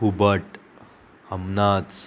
हुबट अमनाच